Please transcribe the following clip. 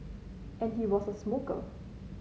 and he was a smoker